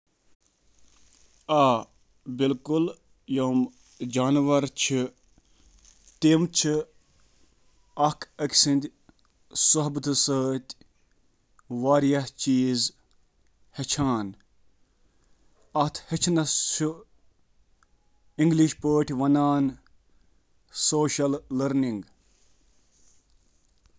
کیا جانور ہیکن اکھ أکس نِش ہیٚچھتھ؟